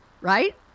right